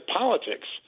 politics